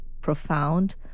profound